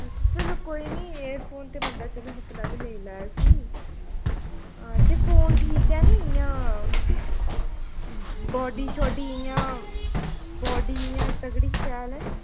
अच्छा चलो कोई निं एयरफोन ते बंदा चलो अपना बी लेई लैग फ्ही हां ते फोन ठीक निं इ'यां बाडी शाडी इ'यां बाडी इ'यां तगड़ी शैल ऐ निं